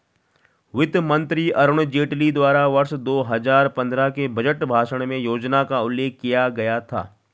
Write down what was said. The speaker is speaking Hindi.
वित्त मंत्री अरुण जेटली द्वारा वर्ष दो हजार पन्द्रह के बजट भाषण में योजना का उल्लेख किया गया था